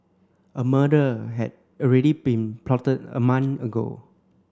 a murder had already been plotted a month ago